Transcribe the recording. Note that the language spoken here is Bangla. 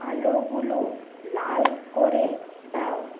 আলোগুলো লাল করে দাও